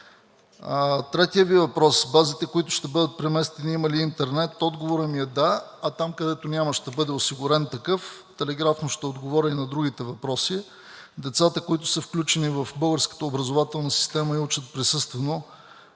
Третият Ви въпрос – в базите, които ще бъдат преместени, има ли интернет? Отговорът ми е – да, а там, където няма, ще бъде осигурен такъв. Телеграфно ще отговоря и на другите въпроси. Децата, които са включени в българската образователна система и учат присъствено,